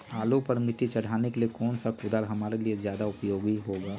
आलू पर मिट्टी चढ़ाने के लिए कौन सा कुदाल हमारे लिए ज्यादा उपयोगी होगा?